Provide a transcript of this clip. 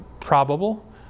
probable